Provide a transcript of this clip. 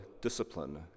discipline